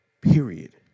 period